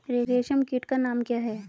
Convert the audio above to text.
रेशम कीट का नाम क्या है?